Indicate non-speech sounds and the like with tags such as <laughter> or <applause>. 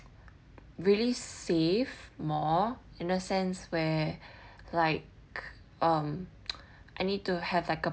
really save more in a sense where like um <noise> I need to have like a